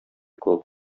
кул